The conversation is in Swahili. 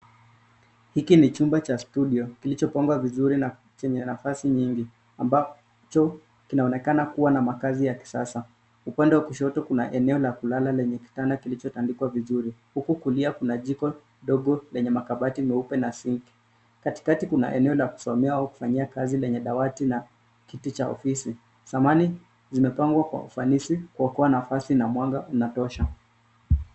Hiki ni chumba cha studio kilichopangwa vizuri na chenye nafasi nyingi ambacho kinaonekana kuwa na makazi ya kisasa. Upande wa kushoto kuna eneo la kulala lenye kitanda kilichotandikwa vizuri. Huku kulia kuna jiko dogo lenye makabati meupe na sinki. Katikati kuna eneo la kusomea au kufanyia kazi lenye dawati na kiti cha ofisi. Samani zimepangwa kwa ufanisi kwa kuwa nafasi na mwanga unatosha.